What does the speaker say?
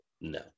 no